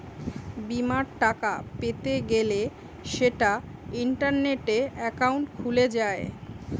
বিমার টাকা পেতে গ্যলে সেটা ইন্টারনেটে একাউন্ট খুলে যায়